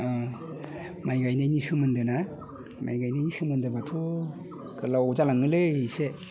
माइ गायनायनि सोमोन्दै ना माइ गायनायनि सोमोन्दैबाथ' गोलाव जालाङोलै इसे